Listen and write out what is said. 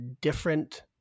different